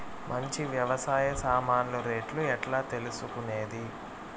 మంచి వ్యవసాయ సామాన్లు రేట్లు ఎట్లా తెలుసుకునేది?